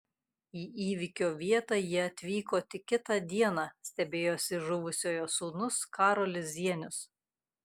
į įvykio vietą jie atvyko tik kitą dieną stebėjosi žuvusiojo sūnus karolis zienius